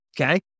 okay